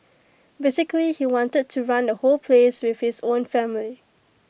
basically he wanted to run the whole place with his own family